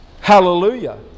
Hallelujah